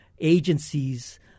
agencies